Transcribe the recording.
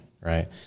right